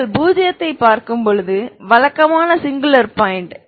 நீங்கள் பூஜ்ஜியத்தைப் பார்க்கும்போது வழக்கமான சிங்குலர் பாயிண்ட்